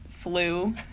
flu